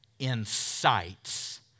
incites